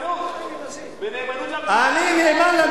בנאמנות,